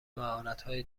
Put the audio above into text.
مهارتهای